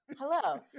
Hello